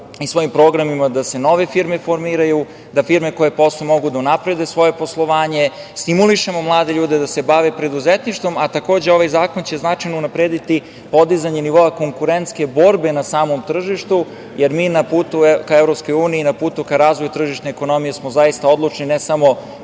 i svojim programima da se nove firme formiraju, da firme koje posluju mogu da unaprede svoje poslovanje, stimulišemo mlade ljude da se bave preduzetništvom, a takođe ovaj zakon će značajno unaprediti podizanje nivoa konkurentske borbe na samom tržištu jer mi na putu ka EU, na putu ka razvoju tržišne ekonomije smo zaista odlučni ne samo